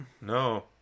no